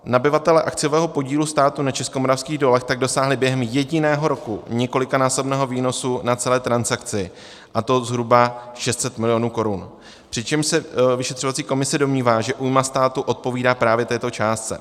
Nabyvatelé akciového podílu státu na Českomoravských dolech tak dosáhli během jediného roku několikanásobného výnosu na celé transakci, a to zhruba 600 milionů Kč, přičemž se vyšetřovací komise domnívá, že újma státu odpovídá právě této částce.